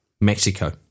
mexico